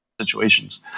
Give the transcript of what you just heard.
Situations